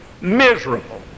miserable